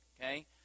okay